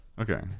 okay